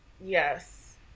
Yes